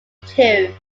two